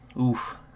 Oof